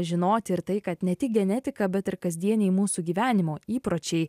žinoti ir tai kad ne tik genetika bet ir kasdieniai mūsų gyvenimo įpročiai